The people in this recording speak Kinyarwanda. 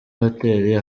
hotel